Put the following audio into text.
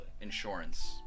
insurance